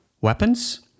Weapons